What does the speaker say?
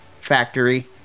Factory